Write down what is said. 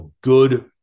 good